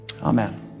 Amen